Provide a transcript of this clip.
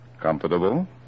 Comfortable